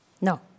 No